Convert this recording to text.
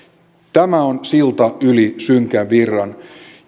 tämä on silta yli synkän virran